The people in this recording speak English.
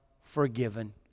forgiven